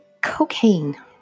cocaine